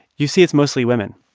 you see it's mostly women.